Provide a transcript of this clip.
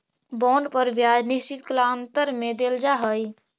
bond पर ब्याज निश्चित कालांतर में देल जा हई